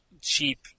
cheap